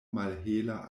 malhela